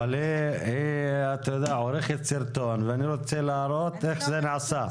היא עורכת סרטון, ואני רוצה להראות איך זה נעשה.